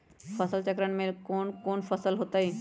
फसल चक्रण में कौन कौन फसल हो ताई?